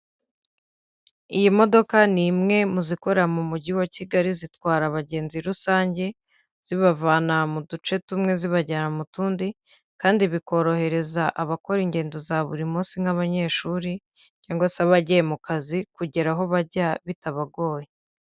Iyi modoka ni imwe mu zikora mu mujyi wa Kigali zitwara abagenzi rusange, zibavana mu duce tumwe zibajyana mu tundi, kandi bikorohereza abakora ingendo za buri munsi nk'abanyeshuri cyangwa se bagiye mu kazi, kugera aho bajya bitabagoye.